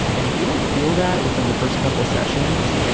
and if you don't feel that within the first couple sessions,